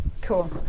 cool